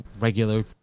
regular